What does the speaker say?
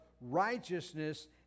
righteousness